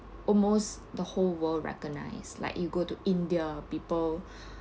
almost the whole world recognized like you go to india people